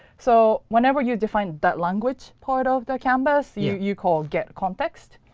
so whenever you define that language part of the canvas, you you call getcontext.